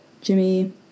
Jimmy